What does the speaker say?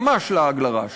ממש לעג לרש.